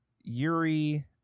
Yuri